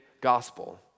gospel